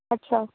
ਅੱਛਾ